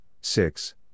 six